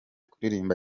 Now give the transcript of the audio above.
kuririmba